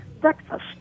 breakfast